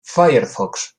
firefox